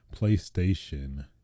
PlayStation